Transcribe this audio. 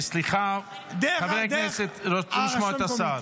סליחה, חברי הכנסת רוצים לשמוע את השר.